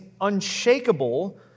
unshakable